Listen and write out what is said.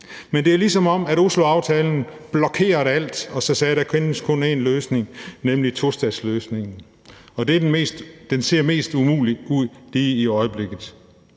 Men det er, som om Osloaftalen blokerede alt og sagde, at der kun findes én løsning, nemlig tostatsløsningen, og den ser mest umulig ud lige i øjeblikket.